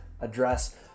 address